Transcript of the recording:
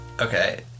okay